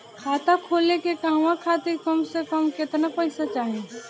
खाता खोले के कहवा खातिर कम से कम केतना पइसा चाहीं?